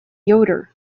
yoder